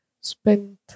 spent